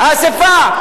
האספה,